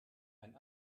ein